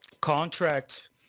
contract